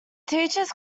teaches